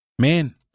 man